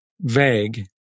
vague